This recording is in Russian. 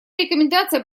рекомендация